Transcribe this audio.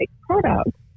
products